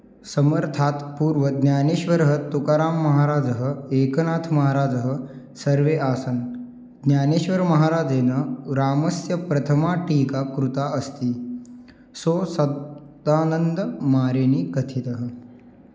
समर्थात् पूर्वं ज्ञानेश्वरः तुकारां महाराजः एकनाथमहाराजः सर्वे आसन् ज्ञानेश्वरमहाराजेन रामस्य प्रथमा टीका कृता अस्ति सो सदानन्दमारिणि कथितः